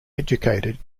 educated